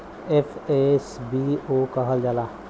FSBO कहल जाला